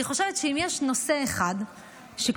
אני חושבת שאם יש נושא אחד שכולם